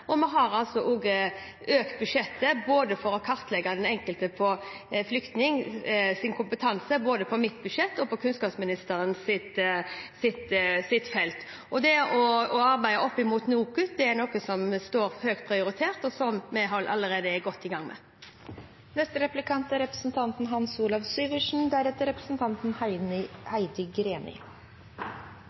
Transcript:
Vi har også økt budsjettet for å kartlegge den enkelte flyktnings kompetanse både på mitt budsjett og på kunnskapsministerens felt. Og det å arbeide opp mot NOKUT er noe som er høyt prioritert, og som vi allerede er godt i gang med.